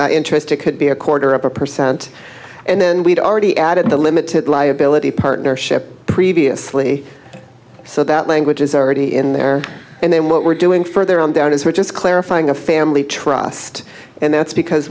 minimum interest it could be a quarter of a percent and then we'd already added the limited liability partnership previously so that language is already in there and then what we're doing further on down is we're just clarifying a family trust and that's because